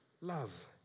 Love